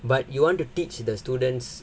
but you want to teach the students